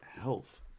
health